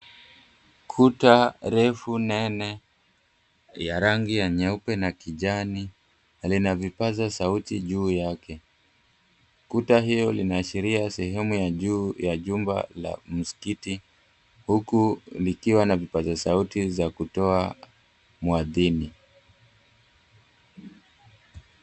Kuta refu, nene ya rangi ya nyeupe na kijani yaliyo na vipaza sauti juu yake. Kuta hiyo linaashiria sehemu ya juu ya jumba la msikiti, huku likiwa na vipaza sauti za kutoa mwadhini.